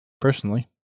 personally